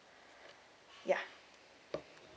ya